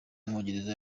w’umwongereza